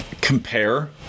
compare